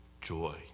joy